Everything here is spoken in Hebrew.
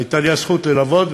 הייתה לי הזכות ללוות,